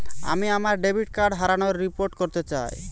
আমি আমার debit card হারানোর রিপোর্ট করতে চাই